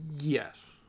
Yes